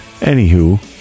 Anywho